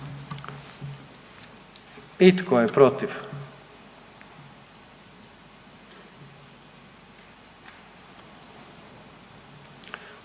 I tko je protiv?